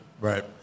Right